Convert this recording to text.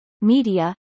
media